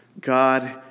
God